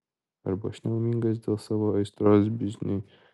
arba aš nelaimingas dėl savo aistros bizniui